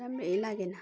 राम्रै लागेन